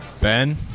Ben